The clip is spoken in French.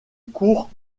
cour